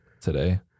Today